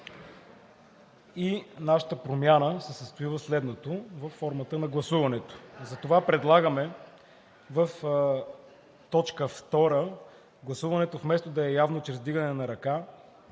Нашата промяна се състои в следното – във формата на гласуването. Затова предлагаме в точка втора гласуването вместо да е явно чрез вдигане на ръка